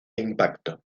impacto